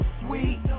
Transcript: sweet